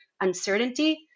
uncertainty